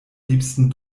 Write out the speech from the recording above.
liebsten